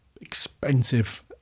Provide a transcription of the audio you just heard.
expensive